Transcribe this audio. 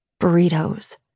burritos